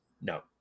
No